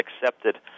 accepted